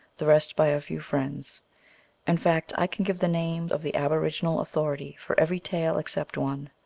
the rest by a few friends in fact, i can give the name of the aboriginal authority for every tale except one.